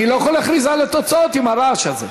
אני לא יכול להכריז על התוצאות עם הרעש הזה.